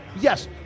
Yes